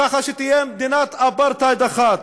ככה שתהיה מדינת אפרטהייד אחת.